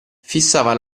fissava